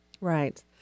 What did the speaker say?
Right